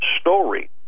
story